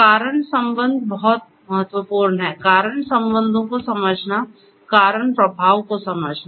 कारण संबंध बहुत महत्वपूर्ण हैं कारण संबंधों को समझना कारण प्रभाव को समझना